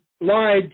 lied